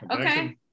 Okay